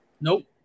Nope